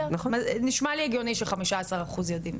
נשמע לי הגיוני ש-15 אחוז יודעים,